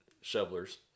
shovelers